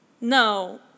No